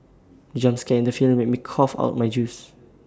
the jump scare in the film made me cough out my juice